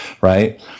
right